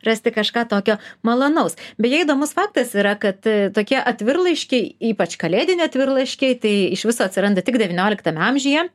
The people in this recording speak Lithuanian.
rasti kažką tokio malonaus beje įdomus faktas yra kad tokie atvirlaiškiai ypač kalėdiniai atvirlaiškiai tai iš viso atsiranda tik devynioliktame amžiuje